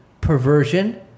perversion